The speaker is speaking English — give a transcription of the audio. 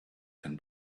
can